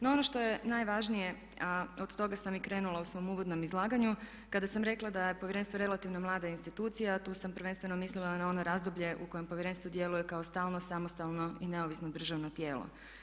No ono što je najvažnije a od toga sam i krenula u svom uvodnom izlaganju kada sam rekla da je Povjerenstvo relativno mlada institucija, tu sam prvenstveno mislila na ono razdoblje u kojem Povjerenstvo djeluje kao stalno, samostalno i neovisno državno tijelo.